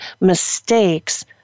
mistakes